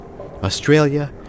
Australia